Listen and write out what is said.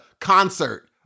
concert